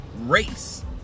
Race